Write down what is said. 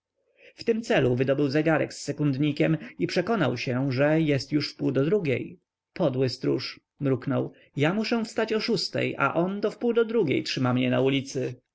w tym celu wydobył zegarek z sekundnikiem i przekonał się że już jest wpół do drugiej podły stróż mruknął ja muszę wstać o szóstej a on do wpół do drugiej trzyma mnie na ulicy